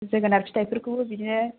जोगोनार फिथाय फोरखौबो बिदिनो